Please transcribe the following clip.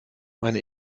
meine